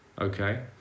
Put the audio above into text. okay